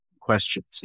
questions